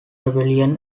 rebellion